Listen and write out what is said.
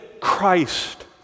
Christ